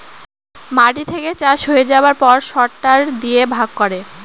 মাটি থেকে চাষ হয়ে যাবার পর সরটার দিয়ে ভাগ করে